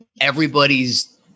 everybody's